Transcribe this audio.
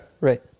Right